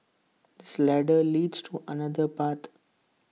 this ladder leads to another part